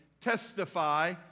testify